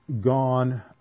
gone